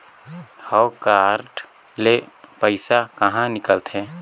हव कारड ले पइसा कहा निकलथे?